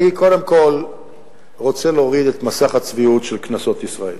אני קודם כול רוצה להוריד את מסך הצביעות מעל כנסות ישראל.